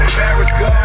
America